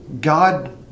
God